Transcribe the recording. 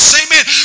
Amen